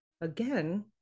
again